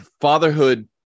fatherhood